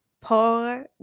poor